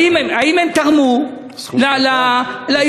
האם הם תרמו לעירייה,